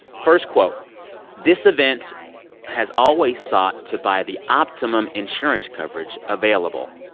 first quote this event has always sought to buy the optimum insurance coverage available.